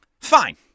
Fine